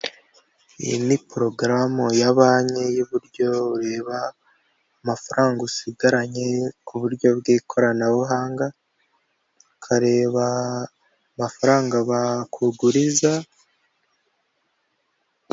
Iyi ni porogaramu ya banki y'uburyo ureba amafaranga usigaranye ku buryo bw'ikoranabuhanga, ukareba amafaranga bakuguriza.